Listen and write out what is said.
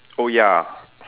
oh ya